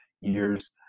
years